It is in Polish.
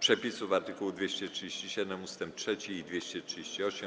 przepisów art. 237 ust. 3 i art. 238.